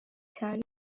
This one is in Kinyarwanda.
cyane